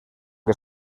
que